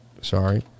sorry